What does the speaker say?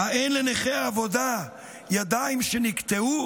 האין לנכי עבודה ידיים שנקטעו?